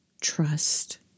trust